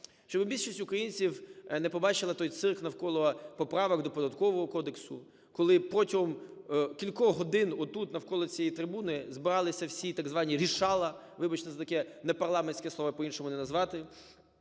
щоб більшість українців не побачила той цирк навколо поправок до Податкового кодексу, коли протягом кількох годин отут, навколо цієї трибуни, збиралися всі так звані "рєшала", вибачте за таке непарламентське слово, а по-іншому не назвати,